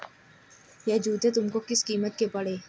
यह जूते तुमको किस कीमत के पड़े?